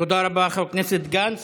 תודה רבה, חבר הכנסת גנץ.